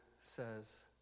says